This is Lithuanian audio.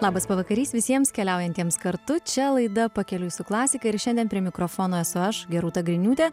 labas pavakarys visiems keliaujantiems kartu čia laida pakeliui su klasika ir šiandien prie mikrofono esu aš rūta griniūtė